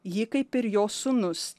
ji kaip ir jo sūnus